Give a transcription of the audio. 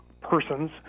persons